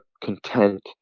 content